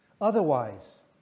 Otherwise